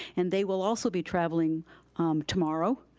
and they will also be traveling tomorrow,